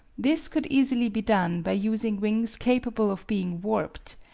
this could easily be done by using wings capable of being warped,